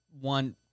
one –